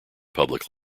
public